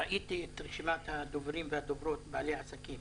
ראיתי את רשימת הדוברים בעלי העסקים.